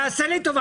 תעשה לי טובה,